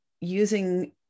using